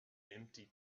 empty